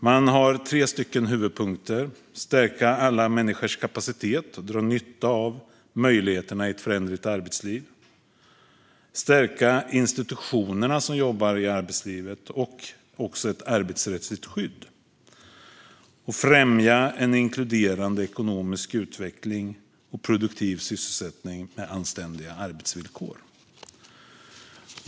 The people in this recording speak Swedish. De tre huvudpunkterna i deklarationen är att stärka alla människors kapacitet att dra nytta av möjligheterna i ett föränderligt arbetsliv, att stärka arbetslivets institutioner och säkra ett arbetsrättsligt skydd samt vidare att främja en inkluderande ekonomisk utveckling och produktiv sysselsättning med anständiga arbetsvillkor.